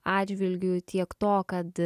atžvilgiu tiek to kad